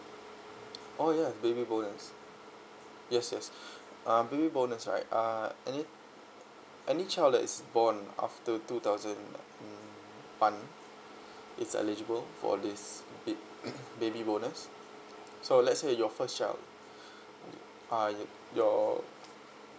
oh yeah baby bonus yes yes uh baby bonus right uh any any child that is born after two thousand um one is eligible for this ba~ baby bonus so let's say your first child uh your